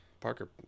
Parker